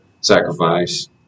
sacrifice